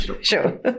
Sure